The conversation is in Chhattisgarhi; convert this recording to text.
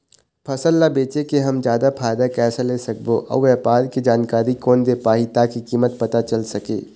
फसल ला बेचे के हम जादा फायदा कैसे ले सकबो अउ व्यापार के जानकारी कोन दे पाही ताकि कीमत पता चल सके?